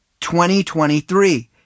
2023